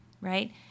right